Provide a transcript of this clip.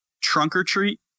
trunk-or-treat